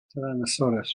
tyrannosaurus